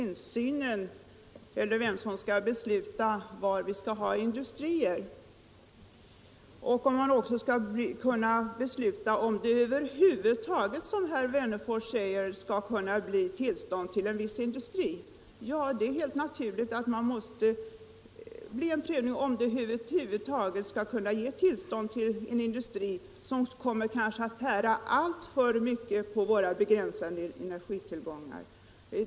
När det gäller vem som skall besluta om var industrier skall förläggas liksom om det över huvud taget, som herr Wennerfors säger, skall ges tillstånd till viss industriverksamhet, vill jag säga följande till herr Wennerfors. Det är helt naturligt att det måste prövas om tillstånd över huvud taget skall ges till en industri, som kanske kommer att tära alltför mycket på våra begränsade energitillgångar.